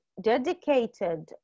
dedicated